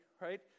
right